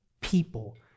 people